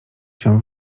się